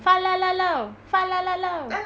fa la la low fa la la low